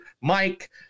Mike